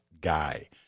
guy